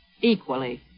equally